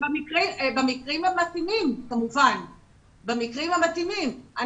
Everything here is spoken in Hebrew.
כמובן במקרים המתאימים.